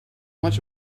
much